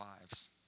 lives